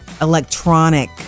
electronic